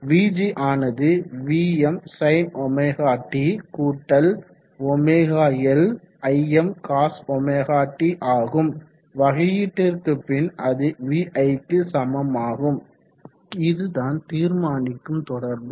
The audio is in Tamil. vg ஆனது Vmsinωt ωL Imcosωt ஆகும் வகையீட்டிற்கு பின் அது viக்கு சமமாகும் இதுதான் தீர்மானிக்கும் தொடர்பு